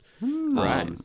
Right